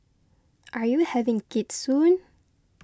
are you having kids soon